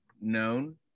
known